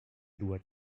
doit